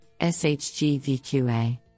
SHGVQA